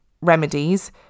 remedies